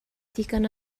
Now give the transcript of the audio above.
digon